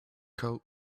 coat